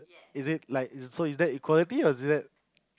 is it like so is that equality or is that